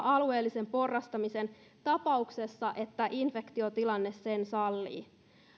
alueellisen porrastamisen tapauksessa että infektiotilanne sen sallii